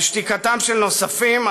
על שתיקתם של נוספים,